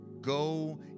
Go